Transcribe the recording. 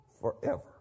forever